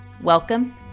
Welcome